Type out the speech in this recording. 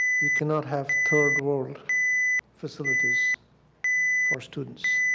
you cannot have third world facilities for students.